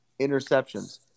interceptions